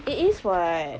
it is [what]